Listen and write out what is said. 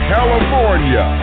California